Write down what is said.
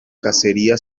cacería